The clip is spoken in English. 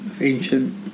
Ancient